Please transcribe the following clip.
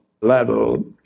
level